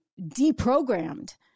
deprogrammed